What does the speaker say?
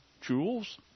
jewels